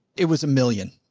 it was a million.